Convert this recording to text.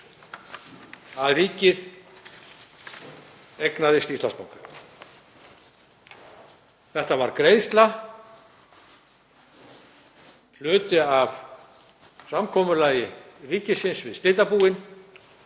að ríkið eignaðist Íslandsbanka. Þetta var greiðsla, hluti af samkomulagi ríkisins við slitabúin